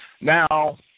Now